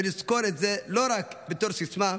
ולזכור את זה לא רק בתור סיסמה,